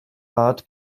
bat